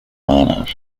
manner